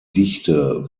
dichte